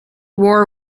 war